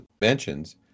mentions